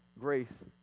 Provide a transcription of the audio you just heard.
grace